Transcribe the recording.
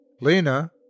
Lena